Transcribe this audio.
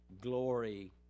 glory